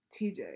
TJ